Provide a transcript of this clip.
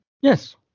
Yes